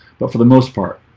but for the most part